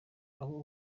abo